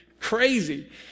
Crazy